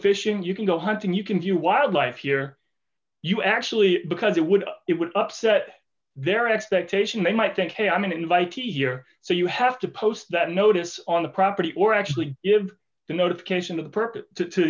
fishing you can go hunting you can do wildlife here you actually because it would it would upset their expectation they might think hey i'm in invitee here so you have to post that notice on the property or actually give the notification of the purpose to t